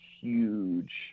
huge